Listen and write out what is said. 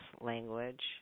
language